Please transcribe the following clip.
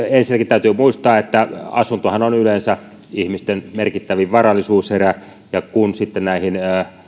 ensinnäkin täytyy muistaa että asuntohan on yleensä ihmisten merkittävin varallisuuserä ja kun sitten näihin